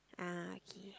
ah okay